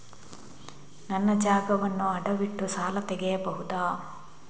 ನನ್ನ ಜಾಗವನ್ನು ಅಡವಿಟ್ಟು ಸಾಲ ತೆಗೆಯಬಹುದ?